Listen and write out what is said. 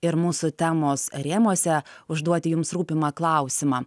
ir mūsų temos rėmuose užduoti jums rūpimą klausimą